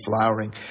flowering